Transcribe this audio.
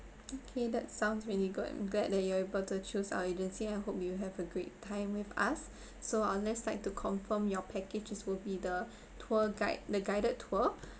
okay that sounds really good I'm glad that you're able to choose our agency and I hope you have a great time with us so I would just like to confirm your package is will be the tour guide the guided tour